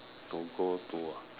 to go to ah